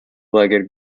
legged